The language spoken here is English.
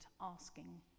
asking